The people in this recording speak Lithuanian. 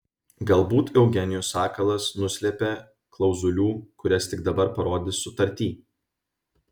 galbūt eugenijus sakalas nuslėpė klauzulių kurias tik dabar parodys sutarty